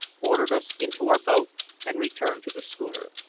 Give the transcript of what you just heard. ordered us into our boat and returned to the schooner,